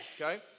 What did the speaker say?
Okay